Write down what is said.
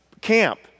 camp